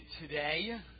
Today